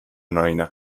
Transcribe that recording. naine